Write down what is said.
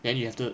then you have to